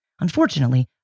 Unfortunately